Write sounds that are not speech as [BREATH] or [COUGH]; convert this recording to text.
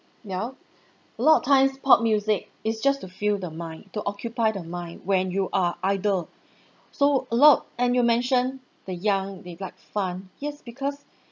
well a lot of times pop music it's just to fill the mind to occupy the mind when you are idle [BREATH] so a lot and you mention the young they like fun yes because [BREATH]